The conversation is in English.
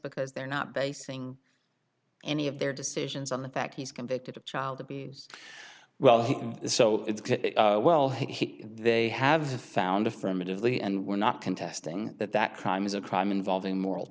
because they're not basing any of their decisions on the fact he's convicted of child abuse well so well he they have found affirmatively and we're not contesting that that crime is a crime involving moral